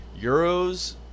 euros